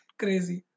crazy